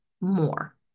more